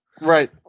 Right